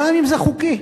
גם אם זה חוקי.